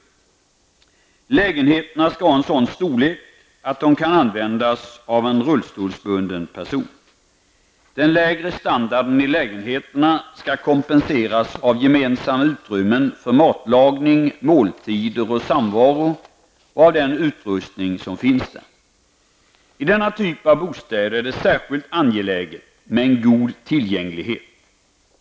Lägenheterna skall ha en sådan storlek att de kan användas av en rullstolsbunden person. Den lägre standarden i lägenheterna skall kompenseras av gemensamma utrymmen för matlagning, måltider och samvaro och av den utrustning som finns där. I denna typ av bostäder är det särskilt angeläget med en god tillgänglighet.